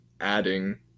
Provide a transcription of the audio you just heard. adding